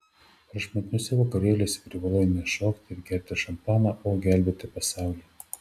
prašmatniuose vakarėliuose privalai ne šokti ir gerti šampaną o gelbėti pasaulį